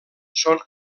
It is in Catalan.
són